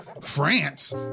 France